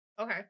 Okay